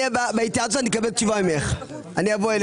אתה יכול לתת לנו באחוזים כמה המשרד לביטחון פנים,